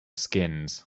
skins